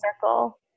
circle